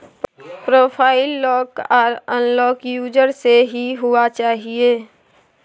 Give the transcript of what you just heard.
profile lock आर unlock user से ही हुआ चाहिए